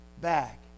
back